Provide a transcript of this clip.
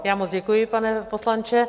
Já moc děkuji, pane poslanče.